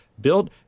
build